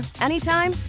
anytime